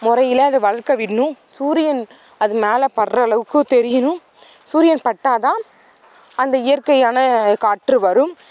முறையில அது வளர்க்க விடணும் சூரியன் அது மேலே படுற அளவுக்கு தெரியணும் சூரியன் பட்டால் தான் அந்த இயற்கையான காற்று வரும்